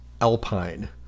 alpine